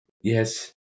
Yes